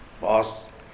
Boss